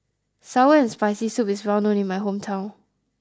Sour and Spicy Soup is well known in my hometown